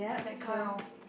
that kind of